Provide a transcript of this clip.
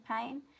pain